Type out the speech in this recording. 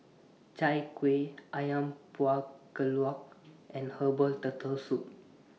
Chai Kueh Ayam Buah Keluak and Herbal Turtle Soup